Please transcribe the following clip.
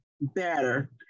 better